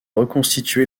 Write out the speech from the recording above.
reconstitué